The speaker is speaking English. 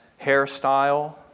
hairstyle